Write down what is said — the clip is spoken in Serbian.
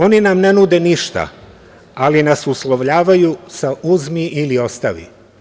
Oni nam ne nude ništa, ali nas uslovljavaju sa – uzmi ili ostavi.